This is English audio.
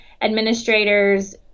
administrators